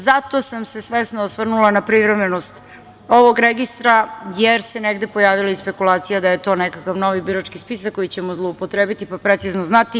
Zato sam se svesno osvrnula na privremenost ovog registra, jer se negde pojavila i spekulacija da je to nekakav novi birački spisak koji ćemo zloupotrebiti pa precizno znati itd.